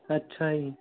ਅੱਛਾ ਜੀ